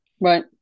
Right